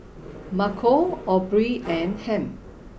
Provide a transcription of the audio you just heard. Marco Aubree and Ham